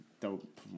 dope